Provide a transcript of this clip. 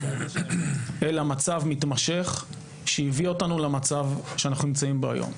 אלא מצב מתמשך שהביא אותנו למצב שאנחנו נמצאים בו היום.